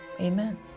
amen